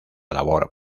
labor